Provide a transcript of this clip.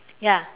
ya